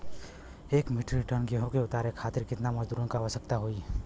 एक metric tonne गेहूँ के उतारे खातीर कितना मजदूर क आवश्यकता होई?